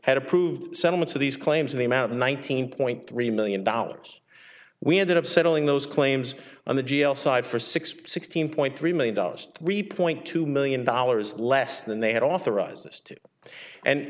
had approved settlement of these claims in the amount of one thousand point three million dollars we ended up settling those claims on the g l side for six sixteen point three million dollars three point two million dollars less than they had authorized us to and